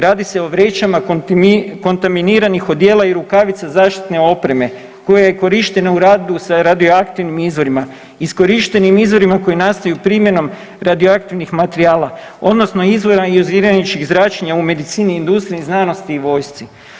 Radi se o vrećama kontaminiranih odijela i rukavica zaštitne opreme, koja je korištena u radu sa radioaktivnim izvorima, iskorištenim izvorima koji nastaju primjenom radioaktivnim materijala odnosno izvora jonizirajućih zračenja u medicini, industriji, znanosti i vojsci.